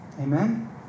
Amen